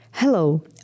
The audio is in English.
Hello